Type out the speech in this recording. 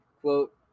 Quote